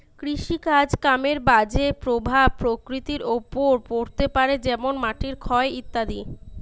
কৃষিকাজ কামের বাজে প্রভাব প্রকৃতির ওপর পড়তে পারে যেমন মাটির ক্ষয় ইত্যাদি